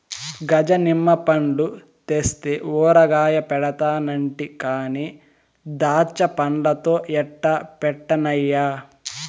గజ నిమ్మ పండ్లు తెస్తే ఊరగాయ పెడతానంటి కానీ దాచ్చాపండ్లతో ఎట్టా పెట్టన్నయ్యా